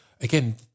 again